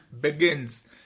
begins